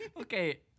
Okay